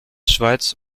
schweiz